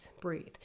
breathe